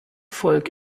volk